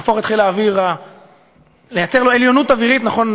לייצר לחיל האוויר עליונות אווירית, נכון?